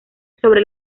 sobre